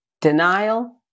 Denial